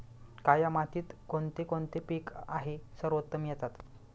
काया मातीत कोणते कोणते पीक आहे सर्वोत्तम येतात?